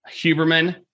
Huberman